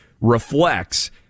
reflects